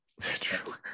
True